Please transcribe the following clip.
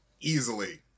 easily